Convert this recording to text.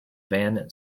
van